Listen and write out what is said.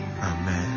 Amen